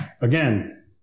again